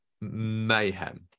mayhem